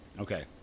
Okay